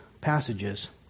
passages